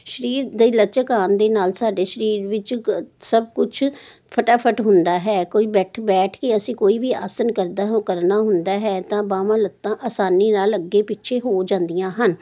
ਸਰੀਰ ਦੀ ਲੱਚਕ ਆਉਣ ਦੇ ਨਾਲ ਸਾਡੇ ਸਰੀਰ ਵਿੱਚ ਸਭ ਕੁਛ ਫਟਾਫਟ ਹੁੰਦਾ ਹੈ ਕੋਈ ਬੈਠ ਬੈਠ ਕੇ ਅਸੀਂ ਕੋਈ ਵੀ ਆਸਨ ਕਰਦਾ ਕਰਨਾ ਹੁੰਦਾ ਹੈ ਤਾਂ ਬਾਹਵਾਂ ਲੱਤਾਂ ਆਸਾਨੀ ਨਾਲ ਅੱਗੇ ਪਿੱਛੇ ਹੋ ਜਾਂਦੀਆਂ ਹਨ